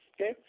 okay